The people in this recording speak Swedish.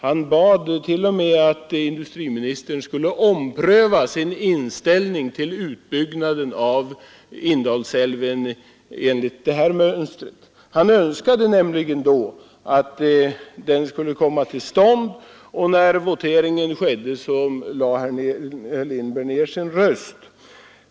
Han bad t.o.m. att industriministern skulle ompröva sin inställning till utbyggnaden av Indalsälven enligt det här mönstret. Han önskade nämligen då att utbyggnaden skulle komma till stånd, och vid voteringen lade herr Lindberg ned sin röst.